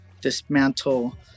dismantle